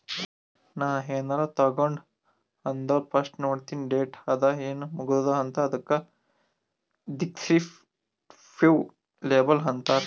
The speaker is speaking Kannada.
ನಾ ಏನಾರೇ ತಗೊಂಡ್ ಅಂದುರ್ ಫಸ್ಟ್ ನೋಡ್ತೀನಿ ಡೇಟ್ ಅದ ಏನ್ ಮುಗದೂದ ಅಂತ್, ಅದುಕ ದಿಸ್ಕ್ರಿಪ್ಟಿವ್ ಲೇಬಲ್ ಅಂತಾರ್